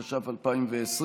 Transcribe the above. התש"ף 2020,